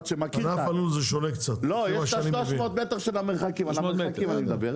ענף הלול זה שונה קצת לפי מה שאני מבין.